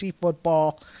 football